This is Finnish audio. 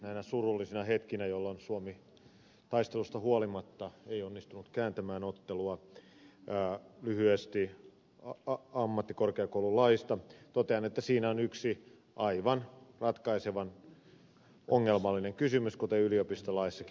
näinä surullisina hetkinä jolloin suomi taistelusta huolimatta ei onnistunut kääntämään ottelua lyhyesti ammattikorkeakoululaista totean että siinä on yksi aivan ratkaisevan ongelmallinen kysymys kuten yliopistolaissakin